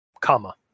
comma